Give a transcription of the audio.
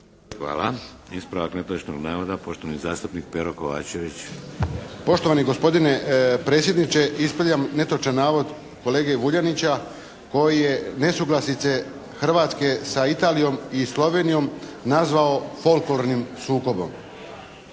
Hvala. Ispravak netočnog navoda, poštovani zastupnik Pero Kovačević. **Kovačević, Pero (HSP)** Poštovani gospodine predsjedniče. Ispravljam netočan navod kolege Vuljanića koji je nesuglasice Hrvatske sa Italijom i Slovenijom nazvao folklornim sukobom.